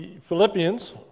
Philippians